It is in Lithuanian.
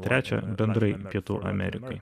trečią bendrai pietų amerikai